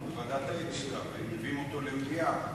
בוועדת האתיקה ומביאים אותו למליאה,